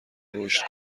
رشد